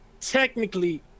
Technically